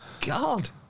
god